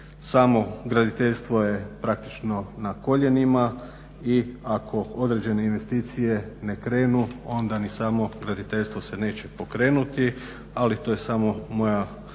samo graditeljstvo je praktično na koljenima i ako određene investicije ne krenu onda ni samo graditeljstvo se neće pokrenuti, ali to je samo moja